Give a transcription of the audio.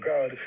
God